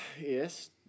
yes